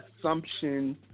assumption